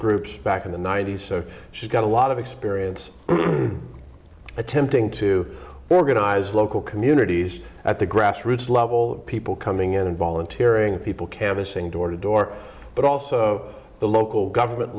groups back in the ninety's so she got a lot of experience attempting to organize local communities at the grassroots level people coming in and volunteering people canvassing door to door but also the local government